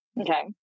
Okay